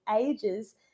ages